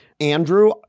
Andrew